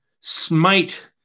smite